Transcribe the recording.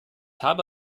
habe